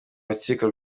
rukiko